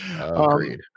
Agreed